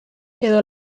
edo